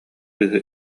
кыыһы